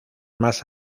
más